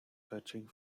searching